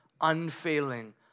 unfailing